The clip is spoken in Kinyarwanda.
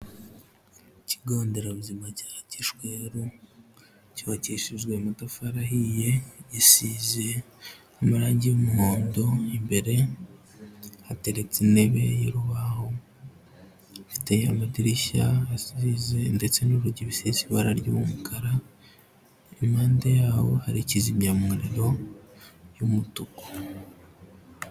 Ikigonderabuzima cya Gishweru cyubakishijwe amatafari ahiye, gisize amarangi y'umuhondo mo imbere, hateretse intebe y'urubaho, ifite amadirishya asize ndetse n'urugi bisize ibara ry'umukara, impande yaho hari kizimyamuriro y'umutuku.